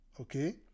Okay